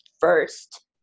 first